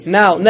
now